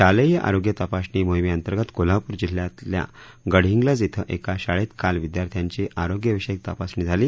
शालेय आरोग्य तपासणी मोहिमेअंतर्गत कोल्हापूर जिल्ह्यातल्या गडहिंग्लज ध्ये एका शाळेत काल विद्यार्थ्यांची आरोग्यविषयक तपासणी झाली